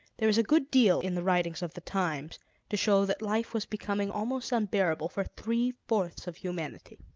there is a good deal in the writings of the times to show that life was becoming almost unbearable for three-fourths of humanity.